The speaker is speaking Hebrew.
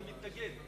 אני מתנגד.